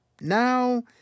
Now